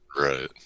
right